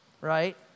right